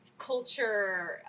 culture